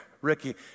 Ricky